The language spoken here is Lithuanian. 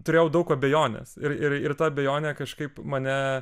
turėjau daug abejonės ir ir ta abejonė kažkaip mane